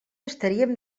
estaríem